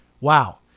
Wow